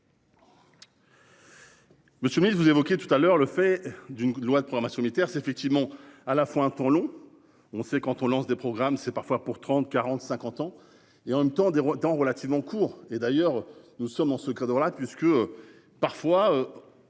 Monsieur, vous évoquiez tout à l'heure le fait d'une loi de programmation militaire c'est effectivement à la fois un temps long. On sait quand on lance des programmes c'est parfois pour 30 40, 50 ans et en même temps des temps relativement courts. Et d'ailleurs nous sommes en secret de voilà tout ce que parfois.